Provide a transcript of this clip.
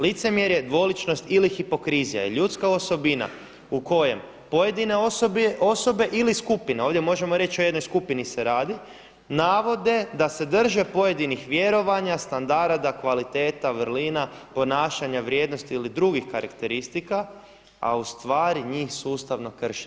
Licemjerne, dvoličnost ili hipokrizija je ljudska osobina u kojem pojedine osobe ili skupine, ovdje možemo reći o jednoj skupini se radi navode da se drže pojedinih vjerovanja, standarda, kvaliteta, vrlina, ponašanja, vrijednosti ili drugih karakteristika a u stvari njih sustavno krše.